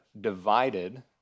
divided